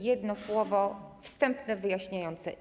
Jedno słowo wstępne, wyjaśniające.